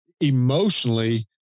emotionally